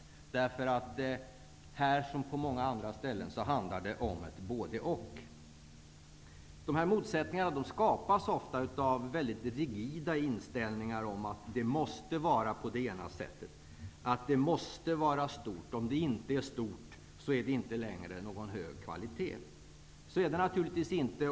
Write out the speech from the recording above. Här som på många andra ställen handlar det om både-och. Dessa motsättningar skapas ofta av väldigt rigida inställningar att det måste vara på ett visst sätt. Det måste vara stort, och om det inte är stort så är det inte längre någon hög kvalitet. Så är det naturligtvis inte.